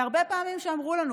והרבה פעמים כשאמרו לנו,